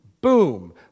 Boom